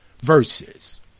verses